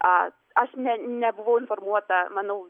a aš ne nebuvau informuota manau